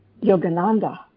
Yogananda